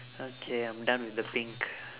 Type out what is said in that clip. okay I'm done with the pink